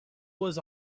was